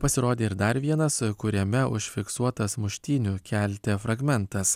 pasirodė ir dar vienas kuriame užfiksuotas muštynių kelte fragmentas